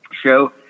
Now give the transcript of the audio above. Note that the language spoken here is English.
show